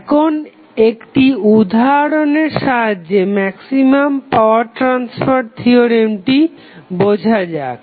এখন একটি উদাহরণের সাহায্যে ম্যাক্সিমাম পাওয়ার ট্রাসফার থিওরেমটিকে বোঝা যাক